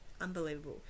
Unbelievable